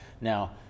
now